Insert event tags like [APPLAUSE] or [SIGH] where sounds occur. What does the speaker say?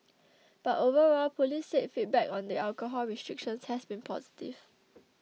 [NOISE] but overall police said feedback on the alcohol restrictions has been positive